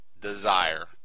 desire